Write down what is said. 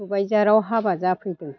सबायझारआव हाबा जाफैदों